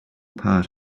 part